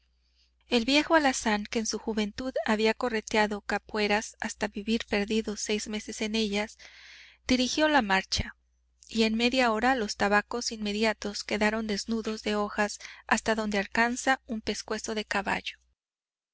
el viejo alazán que en su juventud había correteado capueras hasta vivir perdido seis meses en ellas dirigió la marcha y en media hora los tabacos inmediatos quedaron desnudos de hojas hasta donde alcanza un pescuezo de caballo